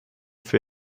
für